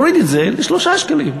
להוריד את זה ל-3 שקלים.